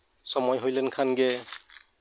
ᱥᱚᱢᱚᱭ ᱦᱩᱭ ᱞᱮᱱ ᱠᱷᱟᱱ ᱜᱮ